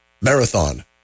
Marathon